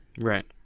Right